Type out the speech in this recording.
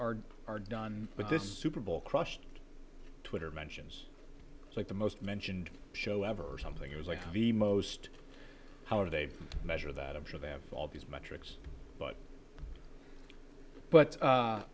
are are done but this super bowl crushed twitter mentions like the most mentioned show ever something it was like the most how do they measure that i'm sure they have all these metrics but but